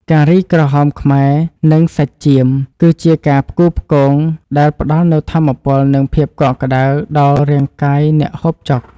ការីក្រហមខ្មែរនិងសាច់ចៀមគឺជាការផ្គូផ្គងដែលផ្តល់នូវថាមពលនិងភាពកក់ក្តៅដល់រាងកាយអ្នកហូបចុក។